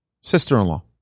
sister-in-law